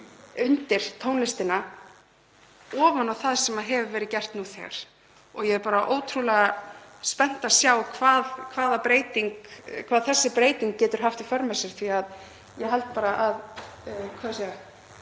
undir tónlistina, ofan á það sem hefur verið gert nú þegar. Ég er bara ótrúlega spennt að sjá hvað þessi breyting getur haft í för með sér því að ég held bara að heimurinn